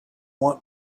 want